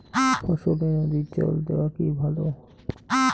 ফসলে নদীর জল দেওয়া কি ভাল?